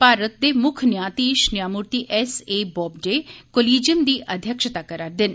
भारत दे मुक्ख न्यांयधीश न्यांयमूर्ति एस ए बोबडे कोलीजियम दी अध्यक्षता करा'रदे न